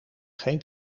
geen